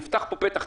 נפתח פה פתח,